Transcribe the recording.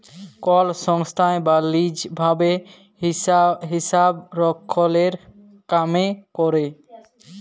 call সংস্থায় বা lease ভাবে হিসাবরক্ষলের কামে ক্যরে